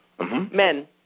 Men